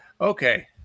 Okay